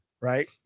right